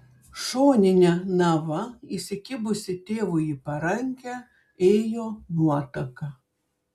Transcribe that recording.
šonine nava įsikibusi tėvui į parankę ėjo nuotaka